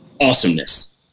awesomeness